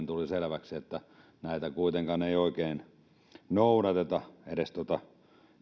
tuli selväksi näitä kuitenkaan ei oikein noudateta edes tuota